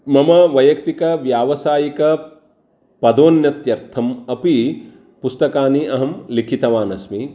मम वैयक्तिकव्यावसायिकपदोन्नत्यर्तम् अपि पुस्तकानि अहं लिखितवानस्मि